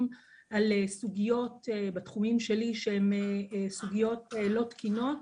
על סוגיות בתחומים שלי שהן סוגיות לא תקינות.